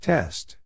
Test